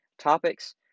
topics